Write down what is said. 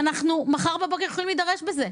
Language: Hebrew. מחר בבוקר אנחנו יכולים להידרש לזה.